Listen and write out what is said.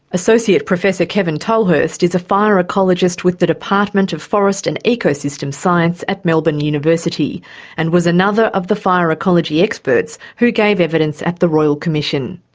associate professor kevin tolhurst is a fire ecologist with the department of forest and ecosystem science at melbourne university and was another of the fire ecology experts who gave evidence at the royal commission.